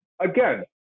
again